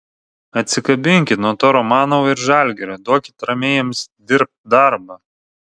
atsikabinkit nuo to romanovo ir žalgirio duokit ramiai jiems dirbt darbą